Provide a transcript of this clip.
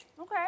Okay